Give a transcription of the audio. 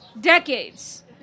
Decades